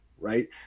Right